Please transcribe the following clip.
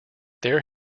there